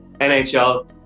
NHL